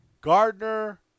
Gardner